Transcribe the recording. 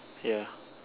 ya